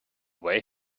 way